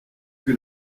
que